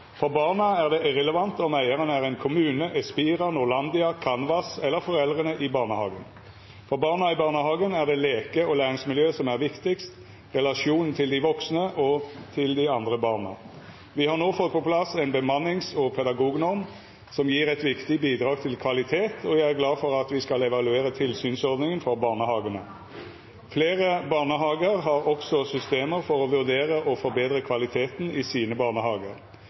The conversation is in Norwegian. For barna er det irrelevant om eieren er en kommune, eller om det er Espira, Norlandia, Kanvas eller foreldrene i barnehagen. For barna i barnehagen er det leke- og læringsmiljøet som er viktigst, relasjonen til de voksne og til de andre barna. Vi har nå fått på plass en bemannings- og pedagognorm som gir et viktig bidrag til kvalitet, og jeg er glad for at vi skal evaluere tilsynsordningen for barnehagene. Flere barnehager har gode systemer for å vurdere og forbedre kvaliteten i sine barnehager,